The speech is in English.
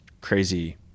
crazy